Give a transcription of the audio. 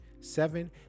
seven